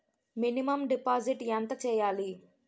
Minimum deposit ఎంత చెయ్యాలి?